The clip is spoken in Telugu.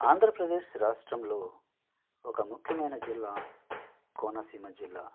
ఆంధ్రప్రదేశ్ రాష్ట్రంలో ఒక ముఖ్యమయిన జిల్లా కోనసీమ జిల్లా